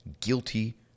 guilty